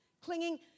clinging